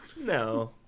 No